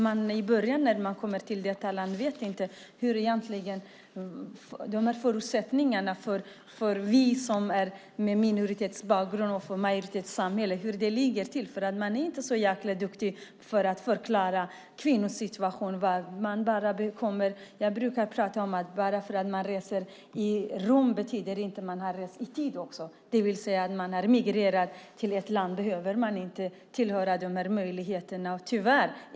I början när man kommer till detta land vet man egentligen inte hur det ligger till med förutsättningarna för dem med minoritetsbakgrund och för majoritetssamhället. Man är inte så jäkla duktig på att förklara kvinnors situation. Jag brukar säga: Bara för att man reser i rum betyder det inte att man också har rest i tid, det vill säga när man emigrerar till ett land behöver man inte tillhöra dem med de här möjligheterna - tyvärr.